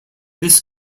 this